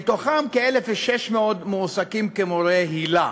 ומהם כ-1,600 מועסקים כמורי היל"ה.